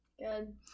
Good